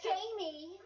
Jamie